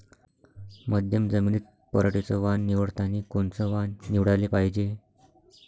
मध्यम जमीनीत पराटीचं वान निवडतानी कोनचं वान निवडाले पायजे?